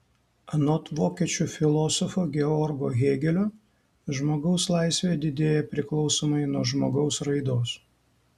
anot vokiečių filosofo georgo hėgelio žmogaus laisvė didėja priklausomai nuo žmogaus raidos